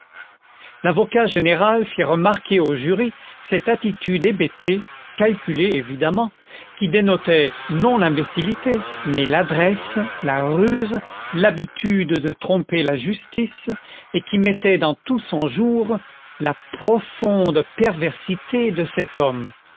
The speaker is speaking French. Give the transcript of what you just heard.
l'avocat général fit remarquer au jury cette attitude hébétée calculée évidemment qui dénotait non l'imbécillité mais l'adresse la ruse l'habitude de tromper la justice et qui mettait dans tout son jour la profonde perversité de cet homme